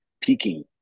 peaking